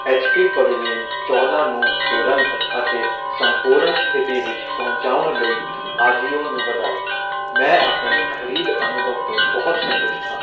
H P Pavilion ਚੌਦਾਂ ਨੂੰ ਤੁਰੰਤ ਅਤੇ ਸੰਪੂਰਨ ਸਥਿਤੀ ਵਿੱਚ ਪਹੁੰਚਾਉਣ ਲਈ ਅਜੀਓ ਨੂੰ ਵਧਾਈ ਮੈਂ ਆਪਣੇ ਖਰੀਦ ਅਨੁਭਵ ਤੋਂ ਬਹੁਤ ਸੰਤੁਸ਼ਟ ਹਾਂ